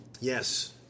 Yes